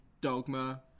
Dogma